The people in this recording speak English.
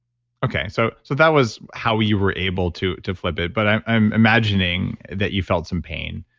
okay. so, so that was how you were able to to flip it, but i'm i'm imagining that you felt some pain